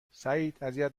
سعیداذیت